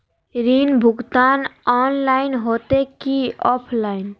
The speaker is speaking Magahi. ऋण भुगतान ऑनलाइन होते की ऑफलाइन?